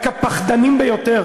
רק הפחדנים ביותר,